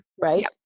Right